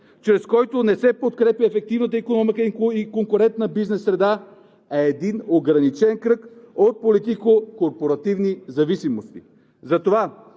чрез който не се подкрепя ефективна икономика и конкурентна бизнес среда, а един ограничен кръг от политико-корпоративни зависимости.